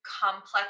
complex